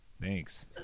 Thanks